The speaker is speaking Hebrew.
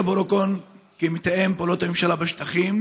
אבו רוקון למתאם פעולות הממשלה בשטחים,